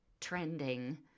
trending